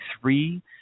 three